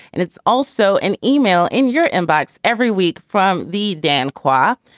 and it's also an email in your inbox every week from the dan qua.